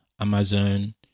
Amazon